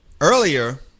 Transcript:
earlier